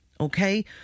Okay